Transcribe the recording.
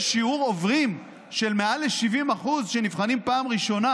שיעור עוברים של מעל 70% שנבחנים פעם ראשונה,